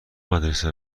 مدرسه